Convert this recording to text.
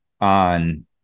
on